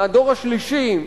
מהדור השלישי,